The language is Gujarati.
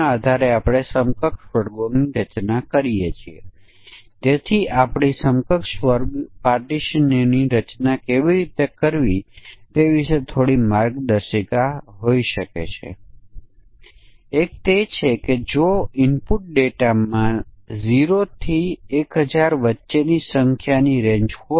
જો આપણે મજબૂત સમકક્ષ વર્ગ પરીક્ષણ આપણે કરવા માંગતા હોય તો આ બધા ધ્યાનમાં લેવું પડશે તેથી મૂળ રકમ 1 લાખથી ઓછી થાપણ 1 વર્ષ માટે છે મૂળ રકમ 1 લાખથી વધુ છે અને થાપણ 1 વર્ષથી ઓછી છે મૂળ રકમ 1 લાખથી ઓછી છે અને ડિપોઝિટ 1 થી 3 વર્ષની વચ્ચે હોય છે વગેરે